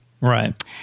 Right